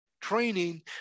training